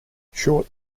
short